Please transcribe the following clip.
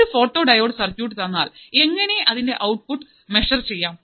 ഒരു photo diode circuit തന്നാൽ എങ്ങനെ അതിൻറെ ഔട്ട്പുട്ട് മെഷർ ചെയ്യാം